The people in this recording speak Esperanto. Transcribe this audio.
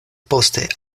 poste